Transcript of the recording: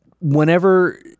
whenever